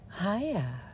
Hiya